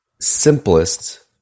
simplest